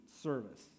service